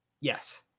Yes